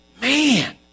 Man